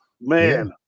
man